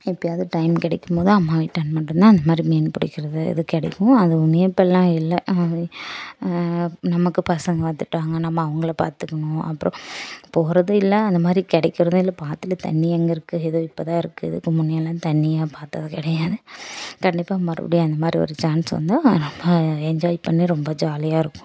எப்போயாவது டைம் கிடைக்கும் போது அம்மா வீட்டாண்ட மட்டும் தான் அந்த மாதிரி மீன் பிடிக்கிறது இது கிடைக்கும் அதுவுமே இப்போலாம் இல்ல நமக்கு பசங்கள் வந்துட்டாங்க நம்ம அவங்கள பார்த்துக்கணும் அப்புறம் போகிறதும் இல்லை அந்தமாதிரி கிடைக்கிறதும் இல்லை இப்போ ஆற்றுல தண்ணி எங்க இருக்கு ஏதோ இப்போ தான் இருக்கு இதுக்கு முன்னையெல்லாம் தண்ணியே பார்த்ததே கிடையாது கண்டிப்பா மறுபடியும் அந்தமாதிரி ஒரு சான்ஸ் வந்தால் அது நம்ம என்ஜாய் பண்ண ரொம்ப ஜாலியாக இருக்கும்